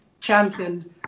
championed